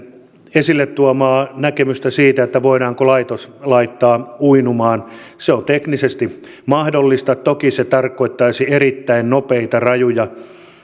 esille tuomaa näkemystä siitä voidaanko laitos laittaa uinumaan se on teknisesti mahdollista toki se tarkoittaisi erittäin nopeita rajuja toimia